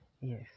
yes